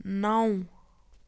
نَو